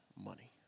money